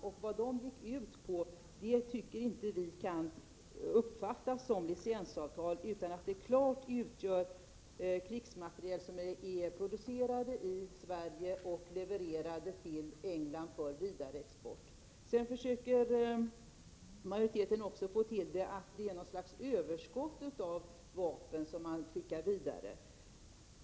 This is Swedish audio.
Vi tycker inte att de avtalen kan uppfattas som licensavtal, utan det är klart att avtalen gäller krigsmateriel som är producerad i Sverige och levererad till England för vidare export. Sedan försöker majoriteten också få det till att det skulle vara något slags överskott av vapen som man skeppar vidare.